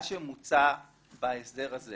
מה שמוצע בהסדר הזה